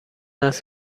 است